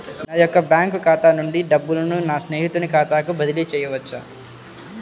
నా యొక్క బ్యాంకు ఖాతా నుండి డబ్బులను నా స్నేహితుని ఖాతాకు బదిలీ చేయవచ్చా?